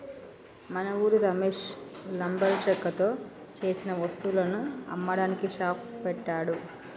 మన ఉరి రమేష్ లంబరు చెక్కతో సేసిన వస్తువులను అమ్మడానికి షాప్ పెట్టాడు